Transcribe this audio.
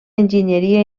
enginyeria